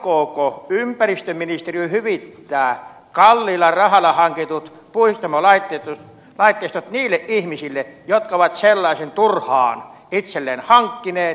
aikooko ympäristöministeriö hyvittää kalliilla rahalla hankitut puhdistuslaitteistot niille ihmisille jotka ovat sellaisen turhaan itselleen hankkineet